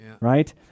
right